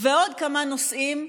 ועוד כמה נושאים,